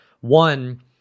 One